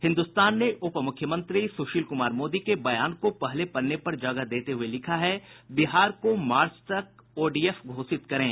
हिन्दुस्तान ने उपमुख्यमंत्री सुशील कुमार मोदी के बयान को पहले पन्ने पर जगह देते हुए लिखा है बिहार को मार्च तक ओडीएफ करें